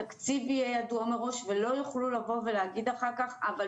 התקציב יהיה ידוע מראש ולא יוכלו לבוא ולהגיד אחר כך שלא